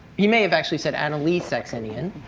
he may have actually said, annalee saxenian.